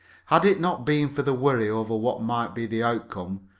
had it not been for the worry over what might be the outcome,